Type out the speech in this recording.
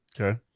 Okay